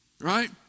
right